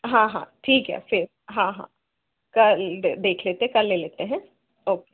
हाँ हाँ ठीक है फ़िर हाँ हाँ कल देख लेते कल ले लेते हैं ओके